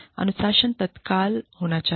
अनुशासन तत्काल होना चाहिए